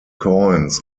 coins